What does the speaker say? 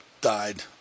died